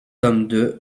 tome